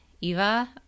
Eva